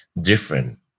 different